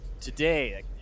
Today